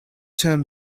term